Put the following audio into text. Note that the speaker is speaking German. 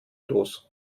los